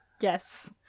Yes